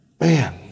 Man